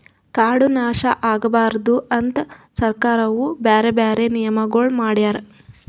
ಕಾಡು ನಾಶ ಆಗಬಾರದು ಅಂತ್ ಸರ್ಕಾರವು ಬ್ಯಾರೆ ಬ್ಯಾರೆ ನಿಯಮಗೊಳ್ ಮಾಡ್ಯಾರ್